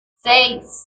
seis